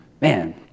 Man